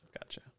Gotcha